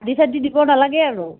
দিব নালাগে আৰু